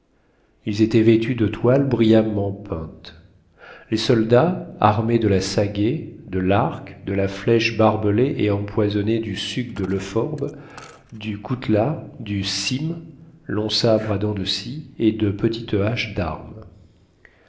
ils étaient vêtus de toiles brillamment peintes les soldats armés de la sagaie de l'arc de la flèche barbelée et empoisonnée du suc de l'euphorbe du coutelas du sime long sabre à dents de scie et de petites haches d'armes